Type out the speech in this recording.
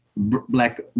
black